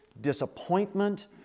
disappointment